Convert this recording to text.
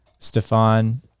Stefan